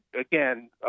again